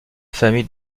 famille